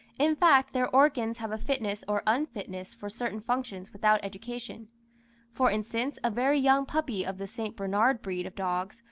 in fact, their organs have a fitness or unfitness for certain functions without education for instance, a very young puppy of the st. bernard breed of dogs,